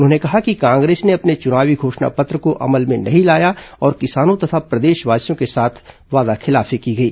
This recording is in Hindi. उन्होंने कहा कि कांग्रेस ने अपने चुनावी घोषणा पत्र को अमल में नहीं लाया और किसानों तथा प्रदेशवासियों के साथ वादाखिलाफी की गई